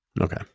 Okay